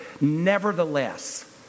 nevertheless